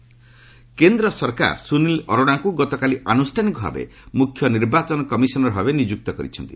ସୁନୀଲ ଅରୋଡା କେନ୍ଦ୍ର ସରକାର ସୁନୀଲ ଅରୋଡାଙ୍କୁ ଗତକାଲି ଆନୁଷ୍ଠାନିକ ଭାବେ ମୁଖ୍ୟ ନିର୍ବାଚନ କମିଶନର୍ ଭାବେ ନିଯୁକ୍ତ କରିଛନ୍ତି